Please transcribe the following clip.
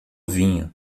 vinho